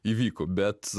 įvyko bet